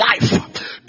life